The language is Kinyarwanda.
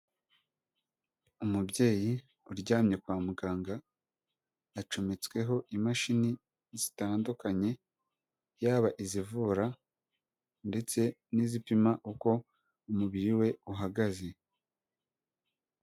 Umubyeyi uryamye kwa muganga yacometsweho imashini zitandukanye yaba izivura ndetse n'izipima uko umubiri we uhagaze.